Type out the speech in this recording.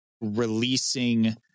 releasing